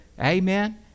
amen